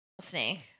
snake